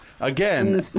Again